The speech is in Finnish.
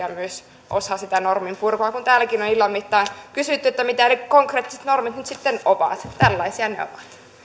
myös osa sitä norminpurkua kun täälläkin illan mittaan kysytty mitä ne konkreettiset normit nyt sitten ovat niin tällaisia